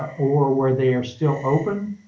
or where they are still open,